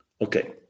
Okay